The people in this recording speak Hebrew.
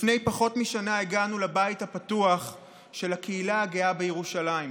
לפני פחות משנה הגענו לבית הפתוח של הקהילה הגאה בירושלים.